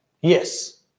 Yes